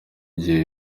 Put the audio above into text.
gihe